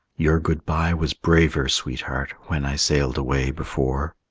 your good-by was braver, sweetheart, when i sailed away before.